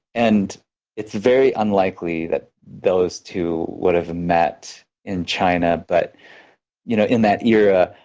and it's very unlikely that those two would have met in china. but you know in that era,